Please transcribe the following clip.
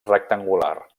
rectangular